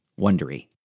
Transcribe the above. Wondery